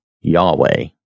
Yahweh